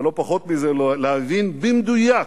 ולא פחות מזה להבין במדויק